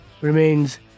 remains